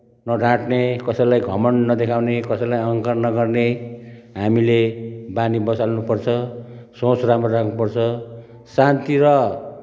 नढाट्ने कसैलाई घमन्ड नदेखाउने कसैलाई अहङ्कार नगर्ने हामीले बानी बसाल्नुपर्छ सोच राम्रो राख्नुपर्छ शान्ति र